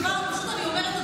אני מקשיבה ופשוט אני אומרת,